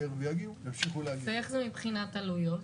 איך זה מבחינת עלויות?